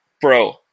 bro